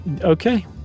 Okay